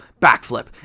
backflip